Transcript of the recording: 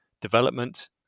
development